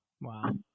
Wow